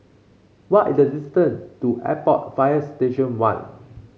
what is the distance to Airport Fire Station One